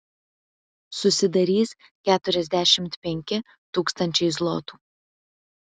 susidarys keturiasdešimt penki tūkstančiai zlotų